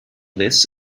this